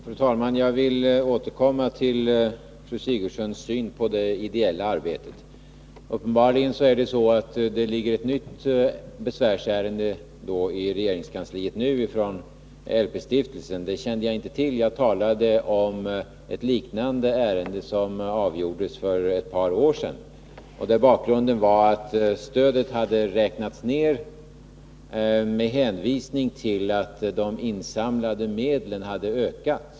Fru talman! Jag vill återkomma till fru Sigurdsens syn på det ideella arbetet. Uppenbarligen är det så, att det nu ligger ett nytt besvärsärende i regeringskansliet ifrån LP-stiftelsen. Det kände jag inte till. Jag talade om ett liknande ärende som avgjordes för ett par år sedan där bakgrunden var att stödet hade räknats ner med hänvisning till att de insamlade medlen hade ökat.